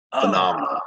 phenomenal